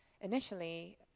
initially